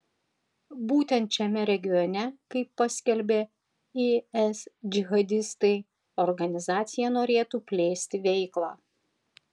būtent šiame regione kaip paskelbė is džihadistai organizacija norėtų plėsti veiklą